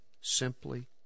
simply